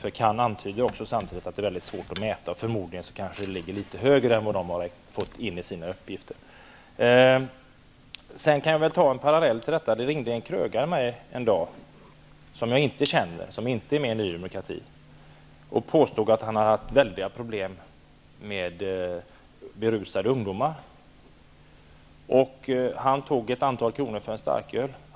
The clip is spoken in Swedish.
CAN antyder nämligen att det är mycket svårt att mäta detta och att talet förmodligen ligger litet högre än vad som har redovisats i deras uppgifter. Sedan vill jag ta en parallell till detta. En dag ringde mig en krögare -- som jag inte känner och som inte är med i Ny demokrati -- och påstod att han hade haft väldiga problem med berusade ungdomar. Han tog ett antal kronor för en starköl.